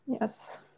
Yes